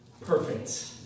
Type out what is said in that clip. perfect